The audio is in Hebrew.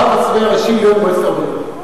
ולכן צריך הרב הצבאי הראשי להיות במועצת הרבנות.